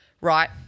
right